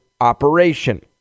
operation